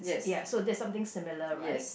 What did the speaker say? ya so that's something similar right